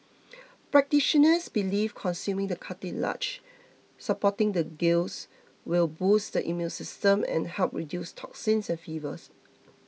practitioners believe consuming the cartilage supporting the gills will boost the immune system and help reduce toxins and fevers